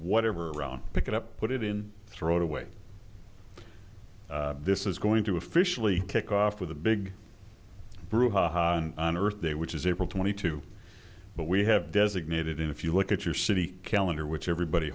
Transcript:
whatever around the get up put it in throw it away this is going to officially kick off with a big brouhaha on earth day which is april twenty two but we have designated if you look at your city calendar which everybody